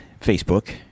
Facebook